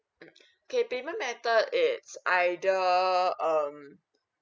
okay payment method it's either um